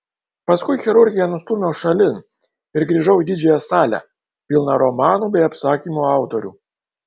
paskui chirurgiją nustūmiau šalin ir grįžau į didžiąją salę pilną romanų bei apsakymų autorių